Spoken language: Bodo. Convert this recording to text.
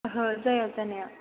ओहो जाया जानाया